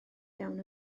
iawn